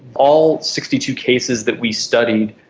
all sixty two cases that we studied,